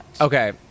Okay